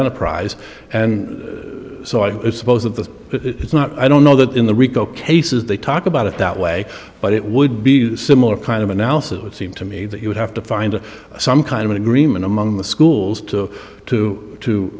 enterprise and so i suppose of the it's not i don't know that in the rico cases they talk about it that way but it would be a similar kind of analysis would seem to me that you would have to find some kind of agreement among the schools to to to